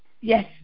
Yes